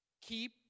keep